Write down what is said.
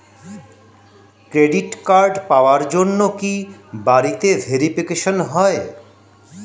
Credit card পাওয়ার জন্য কি বাড়িতে ভেরিফিকেশন হয়?